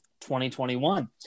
2021